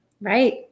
Right